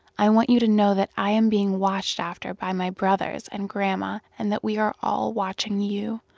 i want you to know that i am being watched after by my brothers and grandma and that we are all watching you.